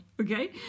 okay